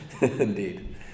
Indeed